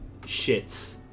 shits